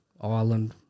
Ireland